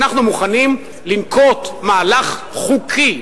ואנחנו מוכנים לנקוט מהלך חוקי,